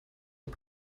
und